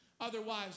Otherwise